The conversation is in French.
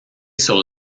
sur